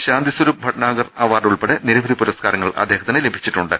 Shanti Swarup Bhatnagar award ഉൾപ്പെടെ നിരവധി പുർസ്കാരങ്ങൾ അദ്ദേഹ ത്തിന് ലഭിച്ചിട്ടുണ്ട്